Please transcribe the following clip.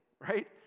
right